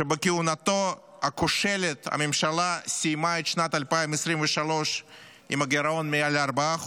שבכהונתו הכושלת הממשלה סיימה את שנת 2023 עם גירעון מעל 4%,